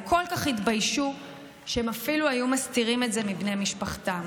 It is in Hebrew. הם כל כך התביישו שהם אפילו היו מסתירים את זה מבני משפחתם.